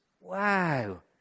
Wow